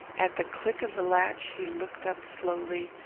at the click of the latch he looked up slowly,